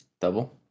Double